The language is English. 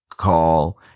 call